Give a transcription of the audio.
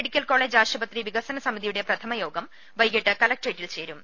medical college ആശുപത്രി വികസന സമിതിയുടെ പ്രഥമ യോഗം വൈകീട്ട് കലക്ട്രേറ്റിൽ ചേരും